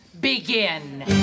begin